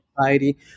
society